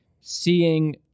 seeing